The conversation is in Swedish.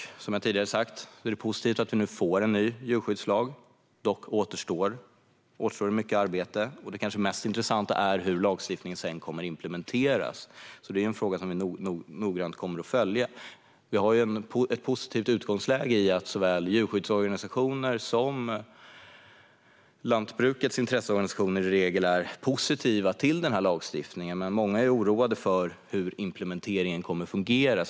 Som jag har sagt tidigare är det positivt att vi nu får en ny djurskyddslag. Dock återstår mycket arbete. Det kanske mest intressanta är hur lagstiftningen kommer att implementeras. Det kommer vi att följa noggrant. Vi har ett positivt utgångsläge i att såväl djurskyddsorganisationer som lantbrukets intresseorganisationer i regel är positiva till lagstiftningen. Men många är oroade över hur implementeringen kommer att fungera.